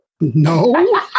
No